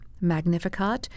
Magnificat